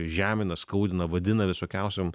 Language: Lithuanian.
žemina skaudina vadina visokiausiom